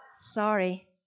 Sorry